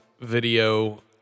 video